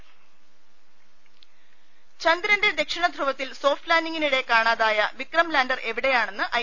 രദ്ദേഷ്ടങ ചന്ദ്രന്റെ ദക്ഷിണ ധ്രുവത്തിൽ സോഫ്റ്റ്ലാന്റിംഗിനിടെ കാണാതായ വിക്രം ലാൻഡർ എവിടെയാണെന്ന് ഐ